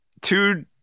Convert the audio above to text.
Two